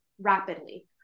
rapidly